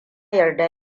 yarda